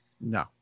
No